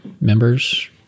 members